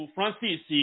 Francis